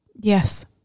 Yes